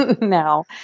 now